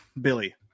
Billy